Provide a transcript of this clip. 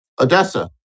Odessa